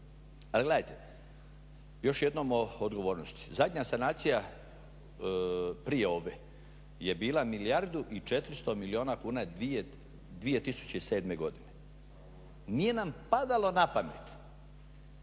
Ali gledajte, još jednom o odgovornosti. Zadnja sanacija prije ove je bila milijardu 400 milijuna kuna 2007.godine. nije nam padalo na pamet,